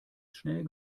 schnell